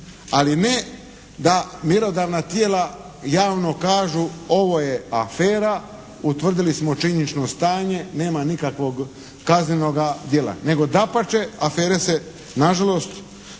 ali ne da mjerodavna tijela javno kažu ovo je afera. Utvrdili smo činjenično stanje. Nema nikakvoga kaznenoga djela, nego dapače afere se na žalost